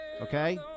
Okay